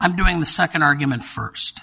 i'm doing the second argument first